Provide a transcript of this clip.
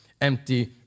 empty